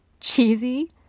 Cheesy